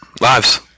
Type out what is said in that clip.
Lives